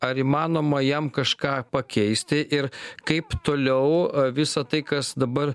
ar įmanoma jam kažką pakeisti ir kaip toliau visą tai kas dabar